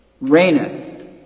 Reigneth